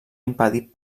impedit